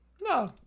No